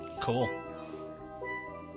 Cool